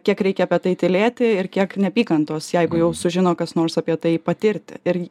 kiek reikia apie tai tylėti ir kiek neapykantos jeigu jau sužino kas nors apie tai patirti ir